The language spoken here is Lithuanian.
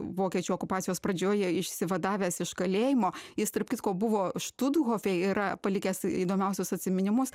vokiečių okupacijos pradžioje išsivadavęs iš kalėjimo jis tarp kitko buvo štuthofe yra palikęs įdomiausius atsiminimus